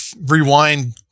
rewind